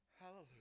Hallelujah